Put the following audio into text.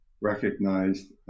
recognized